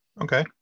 okay